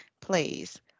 please